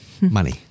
money